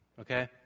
Okay